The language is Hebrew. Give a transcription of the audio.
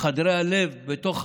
חדרי הלב בתוך